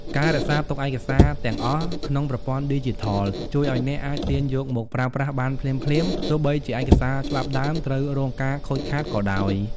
ការរក្សាទុកឯកសារទាំងអស់ក្នុង ប្រព័ន្ធឌីជីថល ជួយឱ្យអ្នកអាចទាញយកមកប្រើប្រាស់បានភ្លាមៗ ទោះបីជាឯកសារច្បាប់ដើមត្រូវរងការខូចខាតក៏ដោយ។